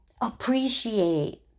appreciate